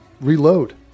reload